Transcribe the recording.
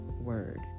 word